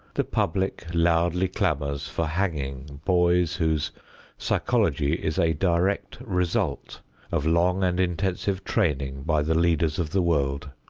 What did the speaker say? the public loudly clamors for hanging boys whose psychology is a direct result of long and intensive training by the leaders of the world.